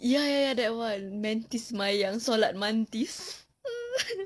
ya ya ya that one mantis sembahyang solat mantis